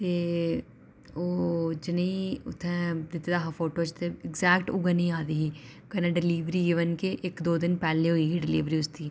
ते ओह् जनेही उत्थै दित्ते दा हा फोटो जित्थै ऐग्जैक्ट उ'ऐ नेही आई दी ही कन्नै डिलिवरी इवन कि इक दो दिन पैह्लें होई दी ही डिलिवरी उसदी